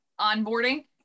onboarding